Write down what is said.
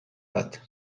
bat